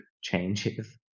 changes